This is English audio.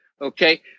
okay